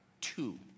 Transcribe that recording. Two